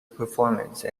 performance